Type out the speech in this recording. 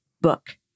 book